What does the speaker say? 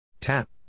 Tap